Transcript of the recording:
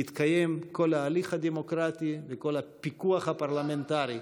יתקיימו כל ההליך הדמוקרטי וכל הפיקוח הפרלמנטרי.